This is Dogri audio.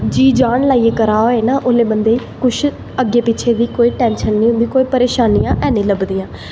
जा जान लाईयै करा दा होऐ ना उसले बंदे गी अग्गें पिच्छें दी कोई टैंशन नी होंदी ते परेशानियां ऐनी लब्भदियां